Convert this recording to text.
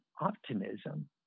optimism